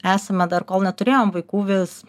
esame dar kol neturėjom vaikų vis